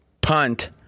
Punt